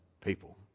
people